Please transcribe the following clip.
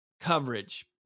coverage